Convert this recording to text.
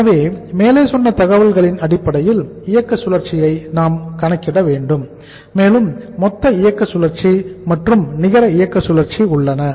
எனவே மேலே சொன்ன தகவல்களின் அடிப்படையில் இயக்க சுழற்சியை நாம் கணக்கிட வேண்டும் மேலும் மொத்த இயக்க சுழற்சி மற்றும் நிகர இயக்க சுழற்சி உள்ளன